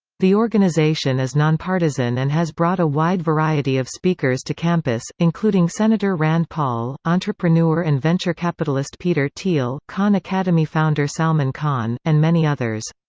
the organization is nonpartisan and has brought a wide variety of speakers to campus, including senator rand paul, entrepreneur and venture capitalist peter thiel, khan academy founder salman khan, and many others.